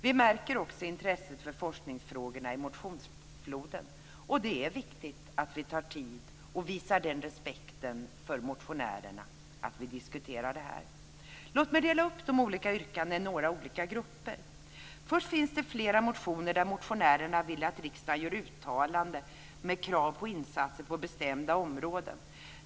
Vi märker intresset för forskningsfrågorna i motionsfloden. Det är viktigt att vi tar denna tid och visar den respekten för motionärerna att vi diskuterar dem. Låt mig dela upp de olika yrkandena i olika grupper. Först finns en stor mängd motioner där motionärerna vill att riksdagen gör uttalanden om krav på insatser på bestämda områden.